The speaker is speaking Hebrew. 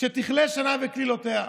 שתכלה שנה וקללותיה.